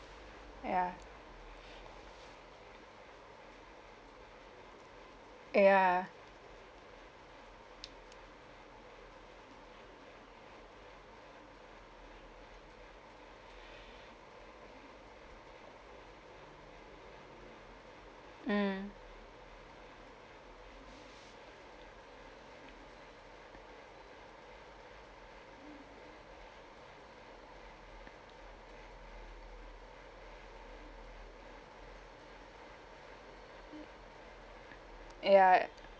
ya ya mm ya